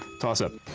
toss-up.